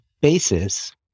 basis